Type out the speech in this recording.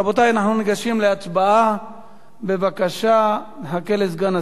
אני באמת ממליץ להצטרף לבקשתה של חברת הכנסת